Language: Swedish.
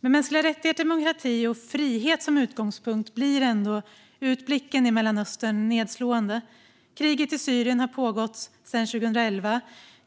Med mänskliga rättigheter, demokrati och frihet som utgångspunkt blir ändå utblicken i Mellanöstern nedslående. Kriget i Syrien har pågått sedan 2011.